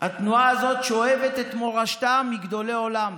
התנועה הזאת שואבת את מורשתה מגדולי עולם,